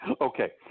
Okay